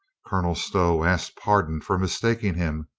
colonel stow asked pardon for mistaking him.